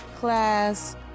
class